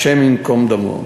השם ייקום דמו".